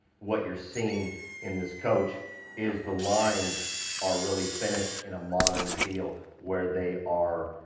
what you're seeing in this coach is the lines are really finished in a modern feel, where they are